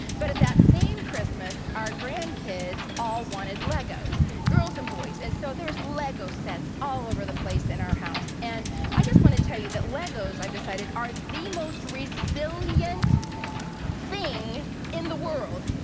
but at that same christmas our grandkids all wanted legos, girls and boys, and so there's lego sets all over the place in our house, and i just want to tell you that legos, i've decided, are the most resilient thing in the world,